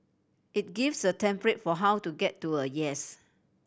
it gives a template for how to get to a yes